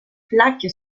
plaque